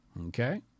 Okay